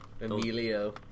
Emilio